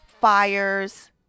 fires